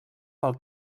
pel